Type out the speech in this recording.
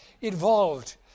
involved